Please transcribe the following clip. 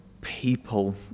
people